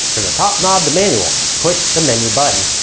turn the top knob to manual. push the menu button.